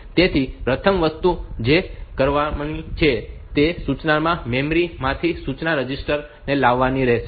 તેથી પ્રથમ વસ્તુ જે કરવાની છે તે એ છે કે આ સૂચનાને મેમરી માંથી સૂચના રજિસ્ટર માં લાવવાની રહેશે